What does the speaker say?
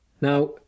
Now